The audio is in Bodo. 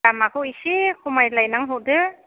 दामाखौ एसे खमायलायनानै हरदो